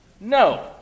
No